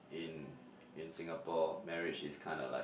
in in Singapore marriage is kinda like